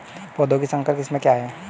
पौधों की संकर किस्में क्या हैं?